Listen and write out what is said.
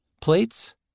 Plates